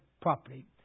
properly